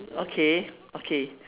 okay okay